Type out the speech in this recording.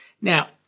Now